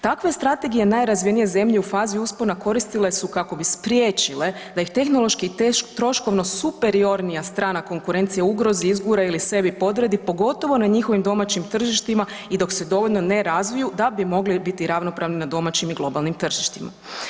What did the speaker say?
Takve strategije najrazvijenije zemlje u fazi uspona koristile su kako bi spriječile da ih tehnološki troškovno superiornija strana konkurencije ugrozi, izgura ili sebi podredi pogotovo na njihovim domaćim tržištima i dok se dovoljno ne razviju da bi mogle biti ravnopravne na domaćim i globalnim tržištima.